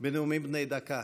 בני דקה.